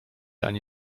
ani